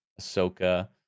Ahsoka